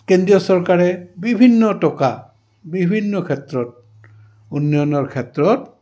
কেন্দ্ৰীয় চৰকাৰে বিভিন্ন টকা বিভিন্ন ক্ষেত্ৰত উন্নয়নৰ ক্ষেত্ৰত